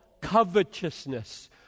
covetousness